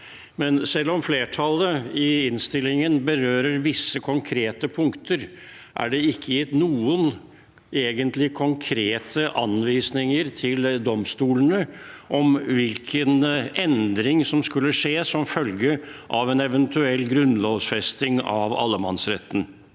tema. Selv om flertallet i innstillingen berører visse konkrete punkter, er det ikke egentlig gitt noen konkrete anvisninger til domstolene om hvilken endring som skulle skje som følge av en eventuell grunnlovfesting av allemannsretten.